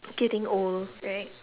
getting old right